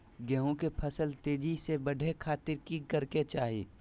गेहूं के फसल तेजी से बढ़े खातिर की करके चाहि?